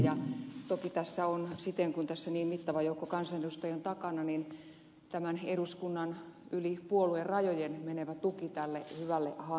ja kun tässä niin mittava joukko kansanedustajia on tämän takana niin tässä on eduskunnan yli puoluerajojen menevä tuki tälle hyvälle hankkeelle